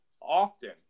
often